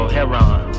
Heron